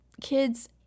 kids